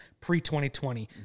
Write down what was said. pre-2020